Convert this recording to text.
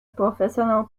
professional